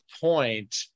point